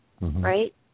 right